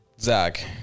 Zach